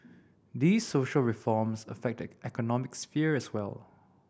these social reforms affect the economic sphere as well